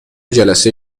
جلسه